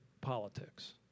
politics